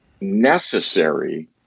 necessary